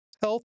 health